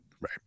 right